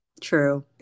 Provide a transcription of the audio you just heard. True